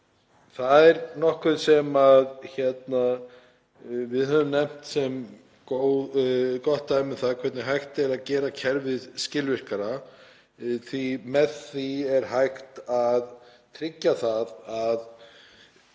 Það er nokkuð sem við höfum nefnt sem gott dæmi um það hvernig hægt er að gera kerfið skilvirkara því með því er hægt að tryggja það að